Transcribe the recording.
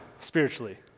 spiritually